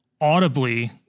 audibly